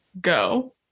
go